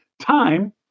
Time